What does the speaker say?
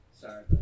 sorry